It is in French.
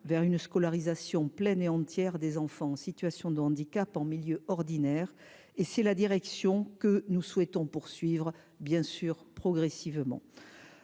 vers une scolarisation pleine et entière des enfants en situation d'handicap en milieu ordinaire et c'est la direction que nous souhaitons poursuivre bien sûr progressivement,